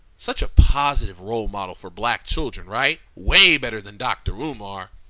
such a positive role model for black children, right? way better than dr. umar!